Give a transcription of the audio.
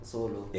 Solo